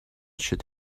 should